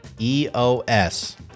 EOS